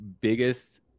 biggest